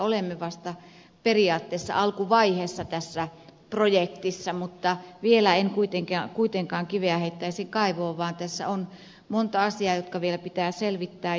olemme vasta periaatteessa alkuvaiheessa tässä projektissa mutta vielä en kuitenkaan kiveä heittäisi kaivoon vaan tässä on monta asiaa jotka vielä pitää selvittää